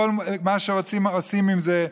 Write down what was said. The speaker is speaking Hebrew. כל מה שרוצים עושים עם זה.